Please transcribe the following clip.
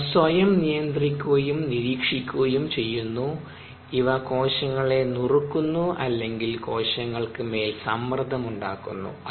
അവ സ്വയം നിയന്ത്രിക്കുകയും നിരീക്ഷിക്കുകയും ചെയ്യുന്നുഇവ കോശങ്ങളെ നുറുക്കുന്നു അല്ലെങ്കിൽ കോശങ്ങൾക്ക് മേൽ സമ്മർദ്ദം ഉണ്ടാക്കുന്നു